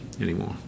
anymore